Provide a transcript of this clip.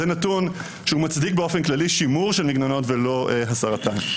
זה נתון שמצדיק באופן כללי שימור של מגננות ולא הסרתן.